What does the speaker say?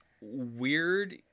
weird